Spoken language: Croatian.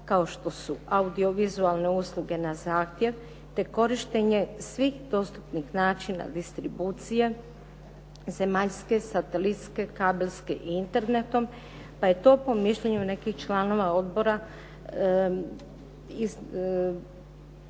kao što su audiovizualne usluge na zahtjev, te korištenje svih dostupnih načina distribucije zemaljske, satelitske, kabelske i Internetom, pa je to po mišljenju nekih članova odbora istaklo